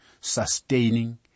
sustaining